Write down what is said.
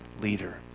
leader